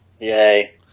Yay